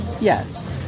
Yes